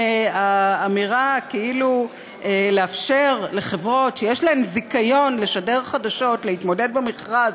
האמירה שלאפשר לחברות שיש להן זיכיון לשדר חדשות להתמודד במכרז,